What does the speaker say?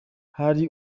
hari